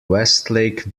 westlake